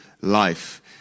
life